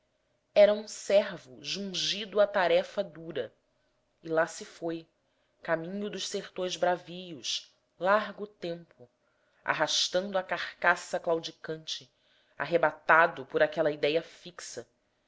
era o servo jungido à tarefa dura e lá se foi caminho dos sertões bravios largo tempo arrastando a carcaça claudicante arrebatado por aquela idéia fixa